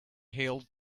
hailed